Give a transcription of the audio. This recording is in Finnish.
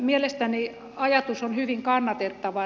mielestäni ajatus on hyvin kannatettava